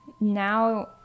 now